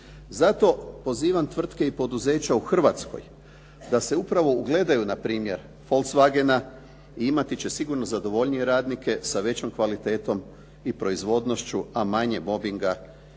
Zato pozivam tvrtke i poduzeća u Hrvatskoj da se upravo ugledaju na primjer Volkswagena i imati će sigurno zadovoljnije radnike sa većom kvalitetom i proizvodnošću, a manje mobinga,